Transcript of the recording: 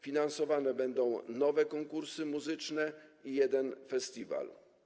Finansowane będą nowe konkursy muzyczne i jeden festiwal.